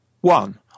One